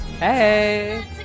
Hey